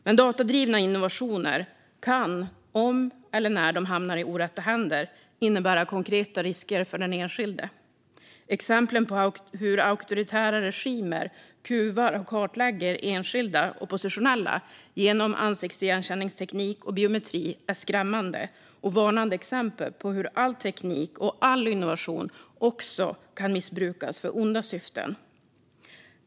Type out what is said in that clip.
Men datadrivna innovationer kan, om eller när de hamnar i orätta händer, innebära konkreta risker för den enskilde. Exemplen på hur auktoritära regimer kuvar och kartlägger enskilda oppositionella genom ansiktsigenkänningsteknik och biometri är skrämmande och varnande exempel på hur all teknik och all innovation också kan missbrukas för onda syften.